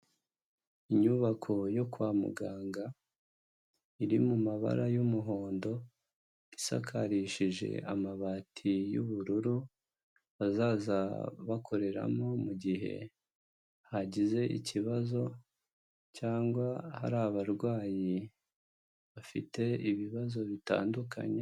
Inyubako yo kwa muganga, iri mu mabara y'umuhondo isakarishije amabati y'ubururu, bazaza bakoreramo mu gihe hagize ikibazo cyangwa hari abarwayi bafite ibibazo bitandukanye.